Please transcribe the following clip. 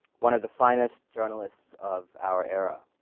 one of the finest journalists of our era.